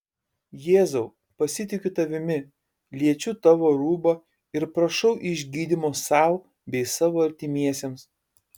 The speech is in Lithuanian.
jėzau pasitikiu tavimi liečiu tavo rūbą ir prašau išgydymo sau bei savo artimiesiems